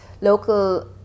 local